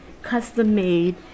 custom-made